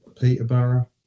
Peterborough